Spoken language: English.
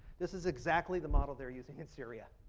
this is exactly the model they are using in syria.